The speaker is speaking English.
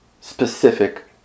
specific